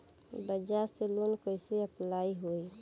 बजाज से लोन कईसे अप्लाई होई?